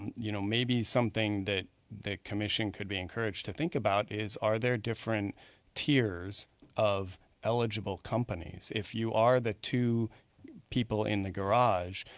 and you know, maybe something that the commission could be encouraged to think about is are there different tiers of eligible companies. if you are the two people in the garage,